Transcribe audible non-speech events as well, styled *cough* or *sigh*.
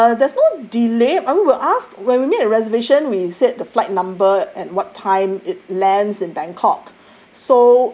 *breath* uh there's no delay I mean we're ask when we made a reservation we said the flight number and what time it lands in bangkok